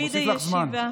אני מוסיף לך זמן.